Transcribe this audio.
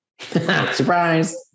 Surprise